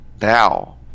now